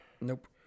Nope